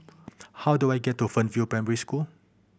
how do I get to Fernvale Primary School